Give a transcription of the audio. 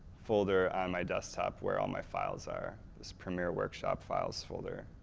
folder on my desktop where all my files are. this premiere workshop files folder,